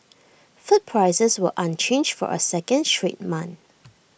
food prices were unchanged for A second straight month